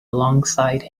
alongside